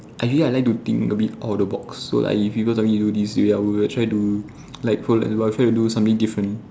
I usually I like to think a bit out of the box so like if you go tell me to do this I will try to like fol~ but I'll try to do something different